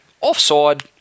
offside